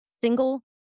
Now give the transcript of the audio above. single